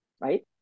right